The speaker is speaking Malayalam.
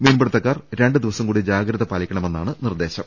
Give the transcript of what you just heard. മീൻപിടിത്തക്കാർ രണ്ട് ദിവസം കൂടി ജാഗ്രത പാലിക്കണമെന്നാണ് നിർദേശം